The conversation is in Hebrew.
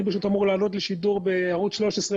אני אמור לעלות לשידור עוד דקה בערוץ 13,